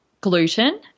gluten